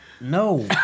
No